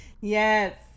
Yes